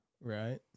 right